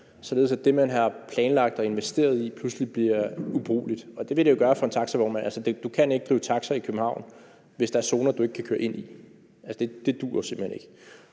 at det, man har planlagt og investeret i, pludselig bliver ubrugeligt, og det vil det jo gøre for en taxavognmand. For du kan ikke drive taxa i København, hvis der er zoner, du ikke kan køre ind i. Det duer jo simpelt hen ikke.